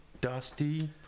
Dusty